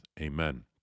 Amen